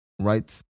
right